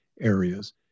areas